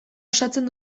osatzen